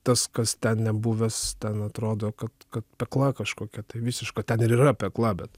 tas kas ten nebuvęs ten atrodo kad kad pekla kažkokia tai visiška ten ir yra pekla bet